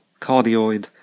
Cardioid